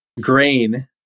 grain